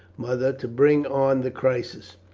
mother, to bring on the crisis.